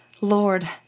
Lord